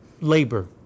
labor